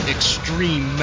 Extreme